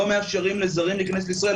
לא מאפשרים לזרים להיכנס לישראל.